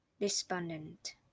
despondent